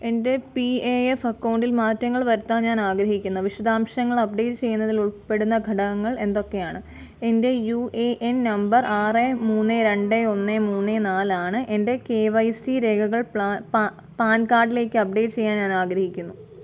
എന്റെ P A F അക്കൗണ്ടിൽ മാറ്റങ്ങൾ വരുത്താൻ ഞാൻ ആഗ്രഹിക്കുന്നു വിശദാംശങ്ങൾ അപ്ഡേറ്റ് ചെയ്യുന്നതിൽ ഉൾപ്പെടുന്ന ഘടകങ്ങൾ എന്തൊക്കെയാണ് എന്റെ യൂ ഏ എൻ നമ്പർ ആറ് മൂന്ന് രണ്ട് ഒന്ന് മൂന്ന് നാല് ആണ് എന്റെ കേ വൈ സീ രേഖകൾ പാൻ കാഡിലേക്ക് അപ്ഡേറ്റ് ചെയ്യാൻ ഞാൻ ആഗ്രഹിക്കുന്നു